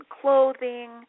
clothing